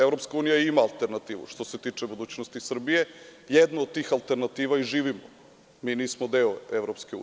Evropska unija ima alternativu, što se tiče budućnosti Srbije, jednu od tih alternativa i živimo, mi nismo deo EU.